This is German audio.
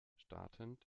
startend